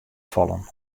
fallen